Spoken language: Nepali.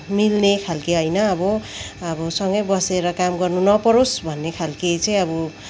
मिल्ने खालके होइन अब अब सँगै बसेर काम गर्न नपरोस् भन्ने खालके चाहिँ अब